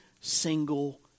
single